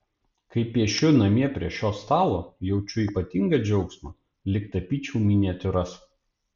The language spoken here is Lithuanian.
kai piešiu namie prie šio stalo jaučiu ypatingą džiaugsmą lyg tapyčiau miniatiūras